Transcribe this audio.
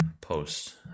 post